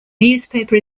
newspaper